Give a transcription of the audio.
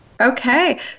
okay